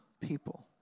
people